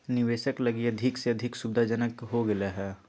निवेशक लगी अधिक से अधिक सुविधाजनक हो गेल हइ